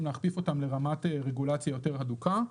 להכפיף אותם לרמת רגולציה יותר הדוקה.